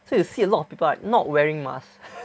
so you see a lot of people right not wearing masks